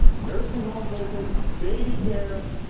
nursing home visits, baby care,